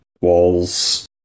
walls